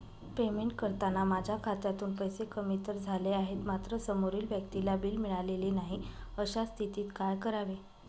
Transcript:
Payment करताना माझ्या खात्यातून पैसे कमी तर झाले आहेत मात्र समोरील व्यक्तीला बिल मिळालेले नाही, अशा स्थितीत काय करावे?